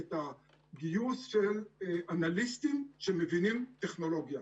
את הגיוס של אנליסטים שמבינים בטכנולוגיה.